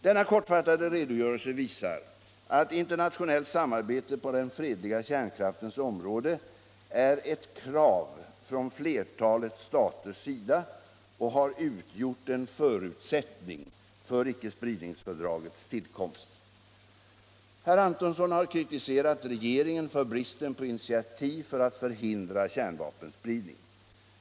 Denna kortfattade redogörelse visar att internationellt samarbete på den fredliga kärnkraftens område är ett krav från flertalet staters sida och har utgjort en förutsättning för icke-spridningsfördragets tillkomst. Herr Antonsson har kritiserat regeringen för bristen på initiativ för att förhindra kärnvapenspridning.